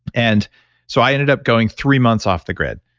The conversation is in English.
and so i ended up going three months off the grid.